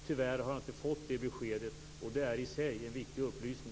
Tyvärr har jag inte fått det beskedet, och det är i sig en viktig upplysning.